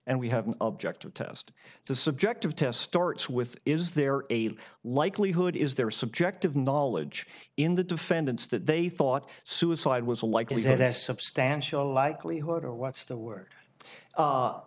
and we have an objective test it's a subjective test starts with is there a likelihood is there subjective knowledge in the defendants that they thought suicide was a likely has substantial likelihood or what's the word